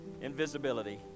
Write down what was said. invisibility